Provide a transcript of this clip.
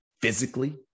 physically